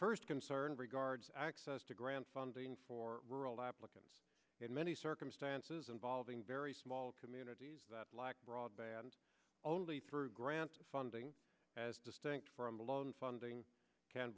first concern regards access to grant funding for rural applicants in many circumstances involving very small communities that lack broadband only through grant funding as distinct from the lone funding can